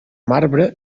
marbre